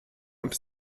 und